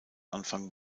anfang